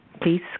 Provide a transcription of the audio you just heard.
Please